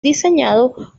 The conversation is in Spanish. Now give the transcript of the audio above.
diseñado